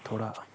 تھوڑا